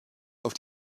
auf